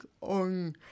on